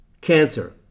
cancer